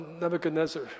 nebuchadnezzar